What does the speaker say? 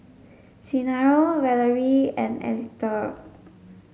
Genaro Valerie and Alethea